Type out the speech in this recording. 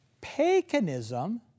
Paganism